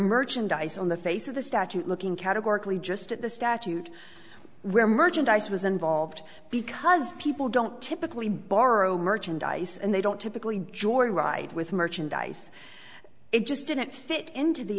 merchandise on the face of the statute looking categorically just at the statute where my dice was involved because people don't typically borrow merchandise and they don't typically joyride with merchandise it just didn't fit into the